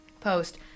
post